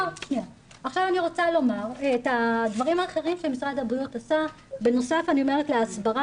עכשיו אני רוצה לומר את הדברים האחרים שמשרד הבריאות עשה בנוסף להסברה,